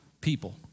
people